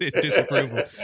disapproval